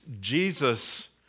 Jesus